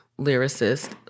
lyricist